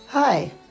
Hi